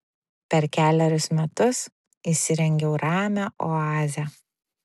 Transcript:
per kelerius metus įsirengiau ramią oazę